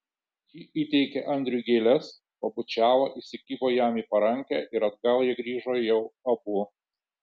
ji įteikė andriui gėles pabučiavo įsikibo jam į parankę ir atgal jie grįžo jau abu